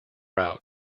route